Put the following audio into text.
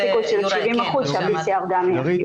סיכוי של 70% שה-PCR גם יהיה חיובי.